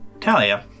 Talia